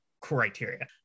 criteria